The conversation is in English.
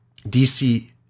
DC